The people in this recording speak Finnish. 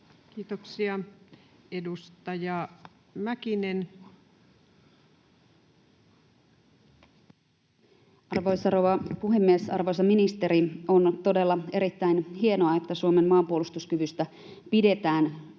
Time: 11:15 Content: Arvoisa rouva puhemies! Arvoisa ministeri, on todella erittäin hienoa, että Suomen maanpuolustuskyvystä pidetään